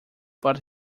but